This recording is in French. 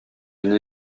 une